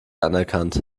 anerkannt